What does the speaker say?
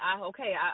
okay